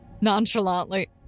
nonchalantly